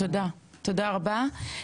תודה רבה.